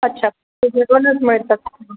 अच्छा जेवणच मिळतं